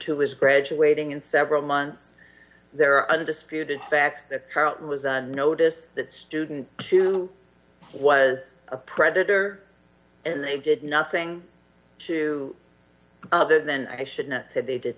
two was graduating and several months there undisputed facts that carlton was on notice that student two was a predator and they did nothing to other than i should say they did